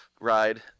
ride